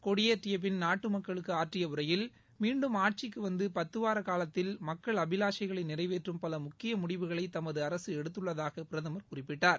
கொடியேற்றிய பின் நாட்டு மக்களுக்கு ஆற்றிய உரையில் மீண்டும் ஆட்சிக்கு வந்து பத்துவார காலத்தில் மக்கள் அபிலாஷைகளை நிறைவேற்றும் பல முக்கிய முடிவுகளை தமது அரசு எடுத்துள்ளதாக பிரதமர் குறிப்பிட்டார்